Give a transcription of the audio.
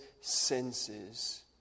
senses